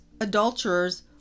adulterers